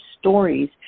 stories